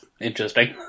interesting